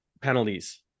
penalties